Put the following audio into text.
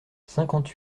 cinquante